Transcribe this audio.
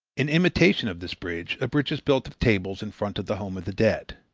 in imitation of this bridge a bridge is built of tables in front of the home of the dead.